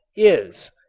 is,